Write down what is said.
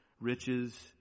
riches